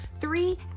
three